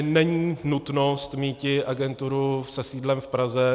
Není nutnost míti agenturu se sídlem v Praze.